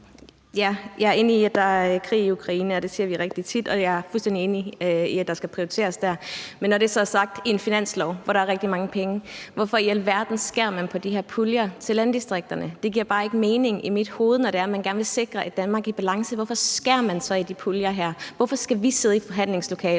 Jeg er enig i, at der er krig i Ukraine. Det siger vi rigtig tit. Og jeg er fuldstændig enig i, at der skal prioriteres der. Men når det så er sagt, taler vi om en finanslov, hvor der er rigtig mange penge, så hvorfor i alverden skærer man i de her puljer til landdistrikterne? Det giver bare ikke mening i mit hoved, når man gerne vil sikre et Danmark i balance. Hvorfor skærer man så i de puljer her? Hvorfor skal vi sidde i forhandlingslokalet